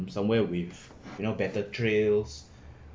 somewhere with you know better trails